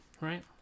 right